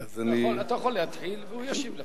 אתה יכול להתחיל והוא ישיב לך.